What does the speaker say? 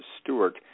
Stewart